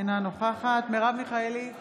אינה נוכחת מרב מיכאלי,